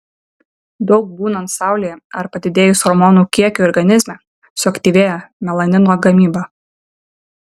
daug būnant saulėje ar padidėjus hormonų kiekiui organizme suaktyvėja melanino gamyba